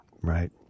Right